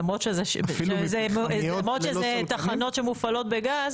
למרות שאלה תחנות שמופעלות בגז